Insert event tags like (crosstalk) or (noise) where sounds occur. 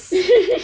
(laughs)